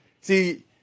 See